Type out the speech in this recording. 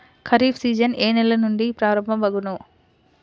Kharif season ఏ నెల నుండి ప్రారంభం అగును?